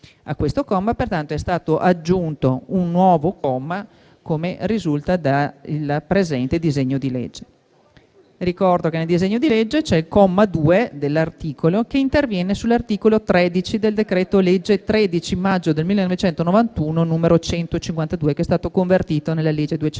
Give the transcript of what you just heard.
A questo comma, pertanto, è stato aggiunto un nuovo comma, come risulta dal presente disegno di legge. Ricordo che nel disegno di legge c'è il comma 2 dell'articolo che interviene sull'articolo 13 del decreto-legge 13 maggio 1991, n. 152, che è stato convertito nella legge 203